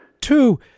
two